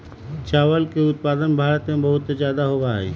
चावलवा के उत्पादन भारत में बहुत जादा में होबा हई